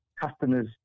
customers